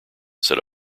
said